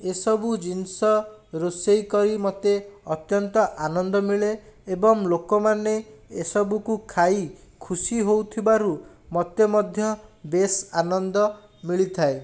ଏସବୁ ଜିନିଷ ରୋଷେଇ କରି ମୋତେ ଅତ୍ୟନ୍ତ ଆନନ୍ଦ ମିଳେ ଏବଂ ଲୋକମାନେ ଏସବୁକୁ ଖାଇ ଖୁସି ହେଉଥିବାରୁ ମୋତେ ମଧ୍ୟ ବେସ୍ ଆନନ୍ଦ ମିଳିଥାଏ